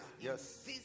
Yes